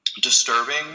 disturbing